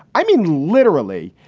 i mean, literally,